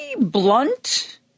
blunt